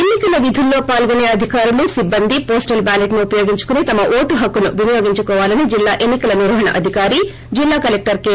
ఎన్ని కల విధుల్లో పాల్గొనే అధికారులు సిబ్బంది పోస్టల్ బ్యాలెట్ను ఉపయోగించుకుని తమ ఓటు హక్కును వినియోగించుకోవాలని జిల్లా ఎన్సికల నిర్వహణ అధికారి జిల్లా కలెక్టర్ కె